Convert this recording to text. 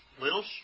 Little